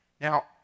Now